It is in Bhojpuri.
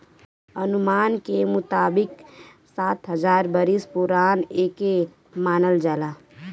अनुमान के मुताबिक सात हजार बरिस पुरान एके मानल जाला